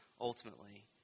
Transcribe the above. ultimately